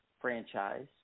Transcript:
franchise